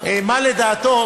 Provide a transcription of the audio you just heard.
מה לדעתו,